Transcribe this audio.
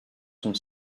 son